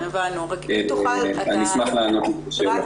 אני אשמח לענות על השאלות.